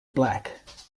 black